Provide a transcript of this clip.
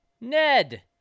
Ned